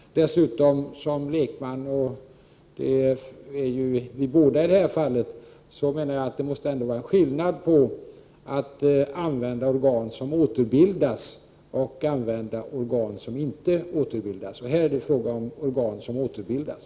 Dessutom menar jag som lekman, och det är vi båda i det här fallet, att det måste vara skillnad mellan att använda organ som återbildas och att använda organ som inte återbildas. Här är det fråga om organ som återbildas.